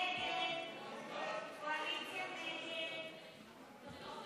הצעת סיעת הרשימה המשותפת להביע